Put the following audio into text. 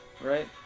right